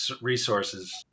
resources